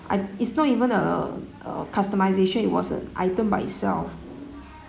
I it's not even a a customisation it was a item by itself